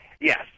Yes